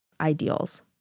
ideals